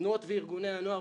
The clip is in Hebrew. תנועות הנוער וארגוני הנוער,